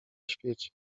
świecie